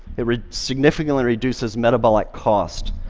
it significantly reduces metabolic cost.